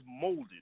molded